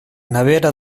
nevera